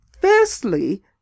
firstly